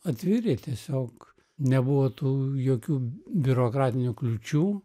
atviri tiesiog nebuvo tų jokių biurokratinių kliūčių